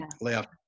left